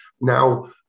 now